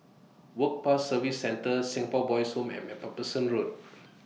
Work Pass Services Centre Singapore Boys' Home and MacPherson Road